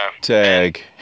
Tag